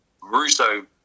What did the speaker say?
russo